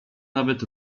nawet